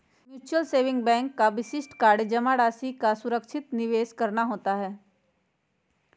mutual saving bank का विशिष्ट कार्य जमा राशि का सुरक्षित निवेश करना होता है